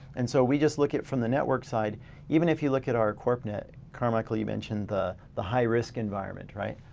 and so we just look at from the network side even if you look at our corpnet, carmichael, you mentioned the the high risk environment, right?